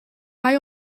mae